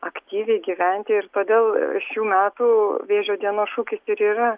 aktyviai gyventi ir todėl šių metų vėžio dienos šūkis ir yra